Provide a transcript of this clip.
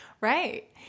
Right